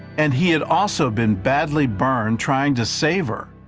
and he had also been badly burned trying to save her.